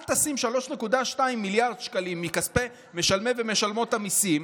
אל תשים 3.2 מיליארד שקלים מכספי משלמי ומשלמות המיסים